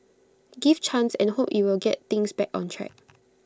give chance and hope IT will get things back on track